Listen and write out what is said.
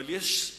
אבל יש,